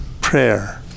prayer